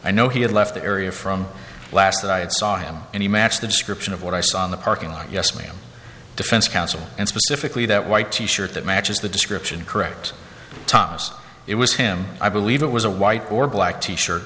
i know he had left the area from last that i had saw him any match the description of what i saw in the parking lot yes ma'am defense counsel and specifically that white t shirt that matches the description correct thomas it was him i believe it was a white or black t shirt